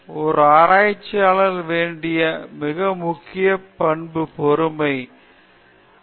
ஒரு ஆராய்ச்சியாளருக்கு வேண்டிய மிக முக்கிய பண்பு பொறுமை ஆகும்